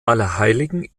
allerheiligen